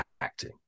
acting